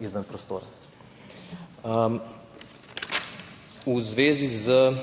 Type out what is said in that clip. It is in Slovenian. izven prostora. V zvezi z